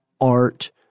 art